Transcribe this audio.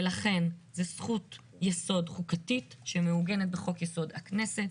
ולכן זו זכות יסוד חוקתית שמעוגנת בחוק יסוד: הכנסת.